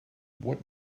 what